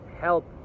help